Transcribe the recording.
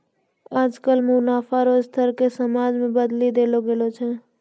आजकल मुनाफा रो स्तर के समाज मे बदली देल गेलो छै